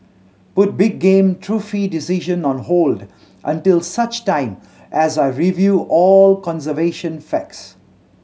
put big game trophy decision on hold until such time as I review all conservation facts